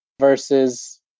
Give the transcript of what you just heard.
versus